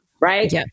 Right